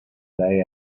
day